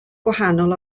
gwahanol